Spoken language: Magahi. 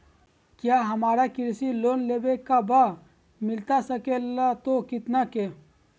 क्या हमारा कृषि लोन लेवे का बा मिलता सके ला तो कितना के?